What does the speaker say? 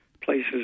places